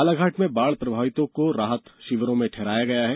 बालाघाट में बाढ़ प्रभावितों को राहत शिविरों में ठहराया गया है